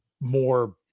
more